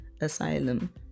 asylum